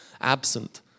absent